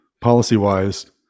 policy-wise